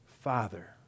father